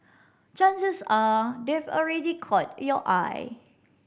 chances are they've already caught your eye